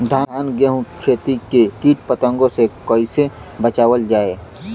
धान गेहूँक खेती के कीट पतंगों से कइसे बचावल जाए?